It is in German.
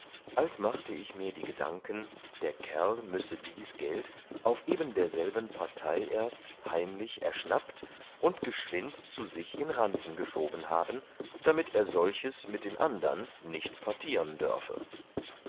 als mache ich mir die gedanken der kerl müsse dies geld auf ebenderselben partei erst heimlich erschnappt und geschwind zu sich in ranzen geschoben haben damit er solches mit den andern nicht partiern dörfe